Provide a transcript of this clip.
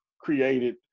created